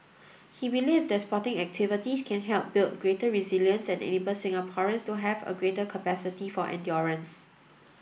he believed that sporting activities can help build greater resilience and enable Singaporeans to have a greater capacity for endurance